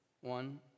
One